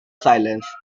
silence